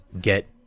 get